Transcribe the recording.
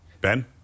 Ben